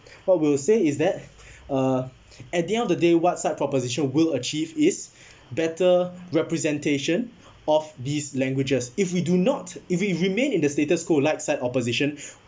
what we'll say is that uh at the end of the day what side proposition will achieve is better representation of these languages if we do not if we remain in the status quo like side opposition